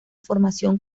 formación